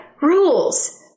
Rules